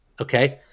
Okay